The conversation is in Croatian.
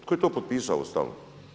Tko je to potpisao uostalom?